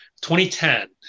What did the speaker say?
2010